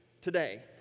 today